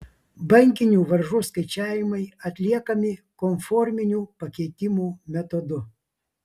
banginių varžų skaičiavimai atliekami konforminių pakeitimų metodu